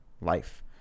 life